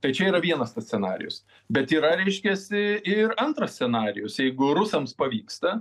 tai čia yra vienas tas scenarijus bet yra reiškiasi ir antras scenarijus jeigu rusams pavyksta